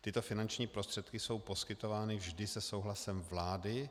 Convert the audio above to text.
Tyto finanční prostředky jsou poskytovány vždy se souhlasem vlády.